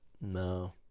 No